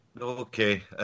Okay